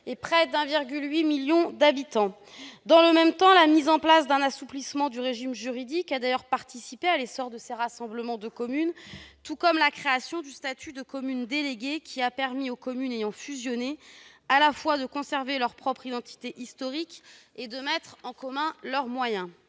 et près de 1,8 million d'habitants. La mise en place d'un assouplissement du régime juridique a participé à l'essor de ces rassemblements de communes, tout comme la création du statut de commune déléguée, qui a permis aux communes ayant fusionné à la fois de conserver leur propre identité historique et de mettre en commun leurs moyens.